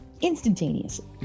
Instantaneously